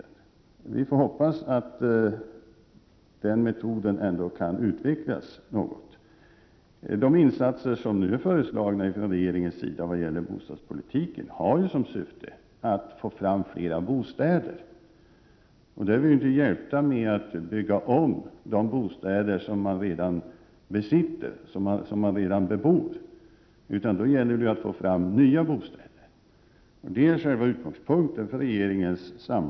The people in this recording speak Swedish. Men vi får hoppas att den metoden ändå kan utvecklas. De insatser som regeringen nu har föreslagit när det gäller bostadspolitiken har till syfte att man skall få fram fler bostäder. Då är man inte hjälpt av 97 att bygga om de bostäder som redan bebos, utan då gäller det att få fram nya bostäder. Det är själva utgångspunkten för regeringens förslag.